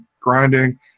grinding